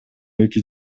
эки